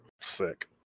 Sick